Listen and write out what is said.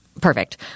perfect